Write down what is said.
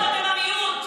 אתם לא הרוב, אתם המיעוט.